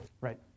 Right